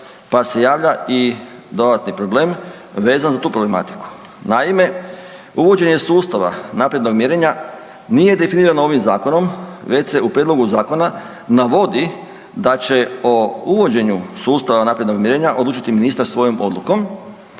pa se javlja i dodatni problem vezan za tu problematiku. Naime, uvođenje sustava naprednog mjerenja nije definirano ovim zakonom već se u prijedlogu zakona navodi da će o uvođenju sustava naprednog mjerenja odlučiti ministar svojom odlukom